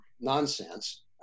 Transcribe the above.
nonsense